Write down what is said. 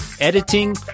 editing